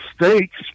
mistakes